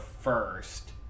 first